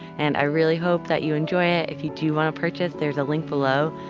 and i really hope that you enjoy it. if you do want to purchase, there's a link below.